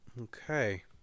Okay